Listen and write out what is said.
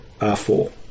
R4